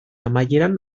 amaieran